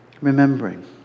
Remembering